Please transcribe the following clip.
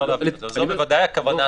זו בוודאי הכוונה.